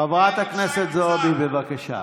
חברת הכנסת זועבי, בבקשה.